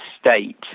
state